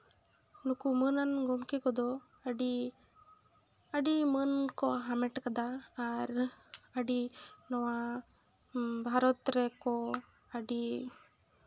ᱱᱩᱠᱩ ᱢᱟᱹᱱᱟᱱ ᱜᱚᱢᱠᱮ ᱠᱚᱫᱚ ᱟᱹᱰᱤ ᱟᱹᱰᱤ ᱢᱟᱹᱱ ᱠᱚ ᱦᱟᱢᱮᱴ ᱠᱟᱫᱟ ᱟᱨ ᱟᱹᱰᱤ ᱱᱚᱣᱟ ᱵᱷᱟᱨᱚᱛ ᱨᱮᱠᱚ ᱟᱹᱰᱤ